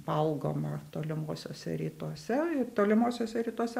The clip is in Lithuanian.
valgoma tolimuosiuose rytuose ir tolimuosiuose rytuose